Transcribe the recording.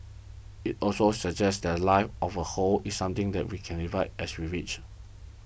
it also suggests that life of a whole is something that we can divide as we wish